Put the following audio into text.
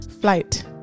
flight